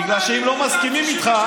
בגלל שאם לא מסכימים איתך,